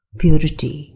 purity